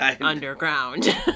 underground